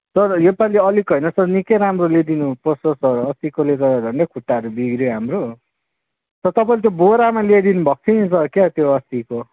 sir यो पालि अलिक होइन सर निकै राम्रो ल्याइदिनु पर्छ सर अस्तिकोले त झन्डै खुट्टाहरू बिग्रियो हाम्रो र तपाईँले त्यो बोरामा ल्याइदिनु भएको थियो सर क्या त्यो अस्तिको